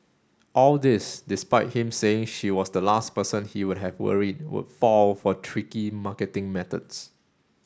all this despite him saying she was the last person he would have worried would fall for tricky marketing methods